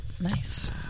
Nice